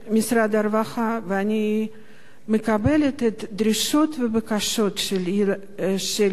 הרווחה ואני מקבלת את הדרישות והבקשות של העיוורים.